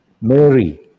Mary